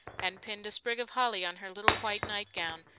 and pinned a sprig of holly on her little white night gown,